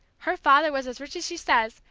her father was as rich as she says,